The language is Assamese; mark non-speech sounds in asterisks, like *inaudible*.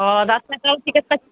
অঁ *unintelligible*